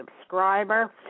subscriber